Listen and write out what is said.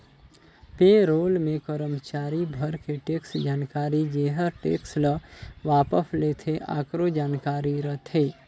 पे role मे करमाचारी भर के टेक्स जानकारी जेहर टेक्स ल वापस लेथे आकरो जानकारी रथे